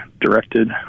directed